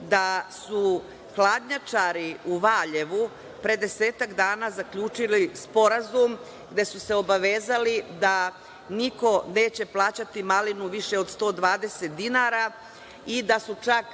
da su hladnjačari u Valjevu pre desetak dana zaključili sporazum, gde su se obavezali da niko neće plaćati malinu više od 120 dinara i da su čak